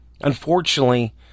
Unfortunately